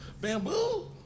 Bamboo